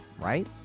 right